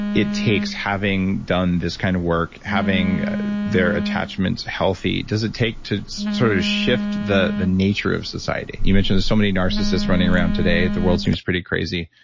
it takes having done this kind of work, having their attachments healthy, does it take to sort of shift the the nature of society? you mentioned there's so many narcissists running around today. the world seems pretty crazy.